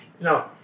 No